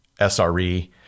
SRE